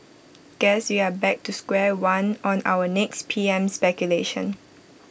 guess we are back to square one on our next P M speculation